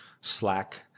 Slack